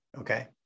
Okay